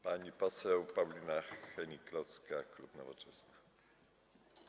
Pani poseł Paulina Henning-Kloska, klub Nowoczesna.